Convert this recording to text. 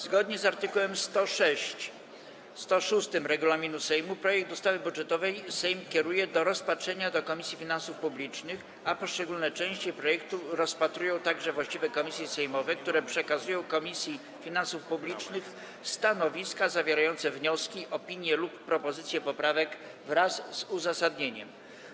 Zgodnie z art. 106 regulaminu Sejmu projekt ustawy budżetowej Sejm kieruje do rozpatrzenia do Komisji Finansów Publicznych, a poszczególne części projektu rozpatrują także właściwe komisje sejmowe, które przekazują Komisji Finansów Publicznych stanowiska zawierające wnioski, opinie lub propozycje poprawek wraz z uzasadnieniem.